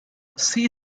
see